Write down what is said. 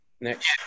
Next